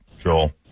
Joel